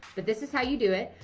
but this is how you do it.